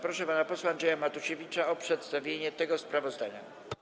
Proszę pana posła Andrzeja Matusiewicza o przedstawienie tego sprawozdania.